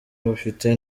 bifite